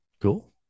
Cool